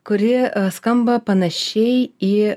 kuri skamba panašiai į